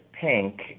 pink